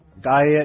diet